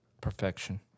Perfection